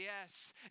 yes